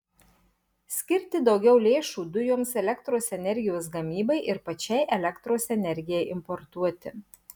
skirti daugiau lėšų dujoms elektros energijos gamybai ir pačiai elektros energijai importuoti